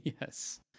yes